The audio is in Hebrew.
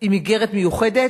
עם איגרת מיוחדת,